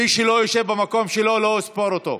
מי שלא ישב במקום שלו, לא אספור אותו,